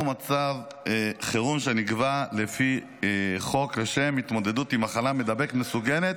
או מצב חירום שנקבע לפי חוק לשם התמודדות עם מחלה מידבקת מסוכנת